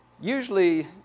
usually